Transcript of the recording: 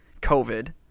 COVID